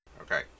okay